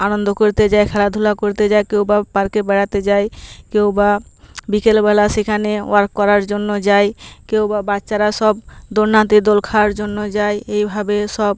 আনন্দ করতে যায় খেলাধুলা করতে যায় কেউ বা পার্কে বেড়াতে যায় কেউ বা বিকেলবেলা সেখানে ওয়াক করার জন্য যায় কেউ বা বাচ্চারা সব দোলনাতে দোল খায়ার জন্য যায় এইভাবে সব